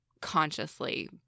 consciously